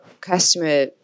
customer